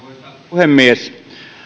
puhemies